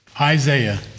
Isaiah